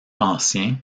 ancien